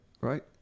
Right